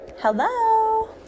Hello